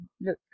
look